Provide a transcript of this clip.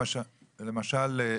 למשל,